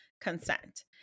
consent